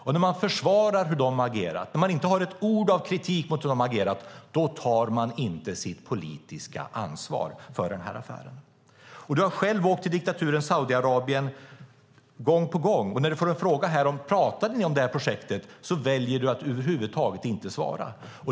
Men när du försvarar dem och inte har ett ord av kritik mot hur de har agerat tar du inte ditt politiska ansvar för denna affär. Du har själv gång på gång åkt till diktaturen Saudiarabien. När du får frågan om ni talade om detta projekt väljer du att över huvud taget inte svara.